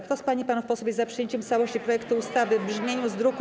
Kto z pań i panów posłów jest za przyjęciem w całości projektu ustawy w brzmieniu z druku.